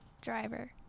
Driver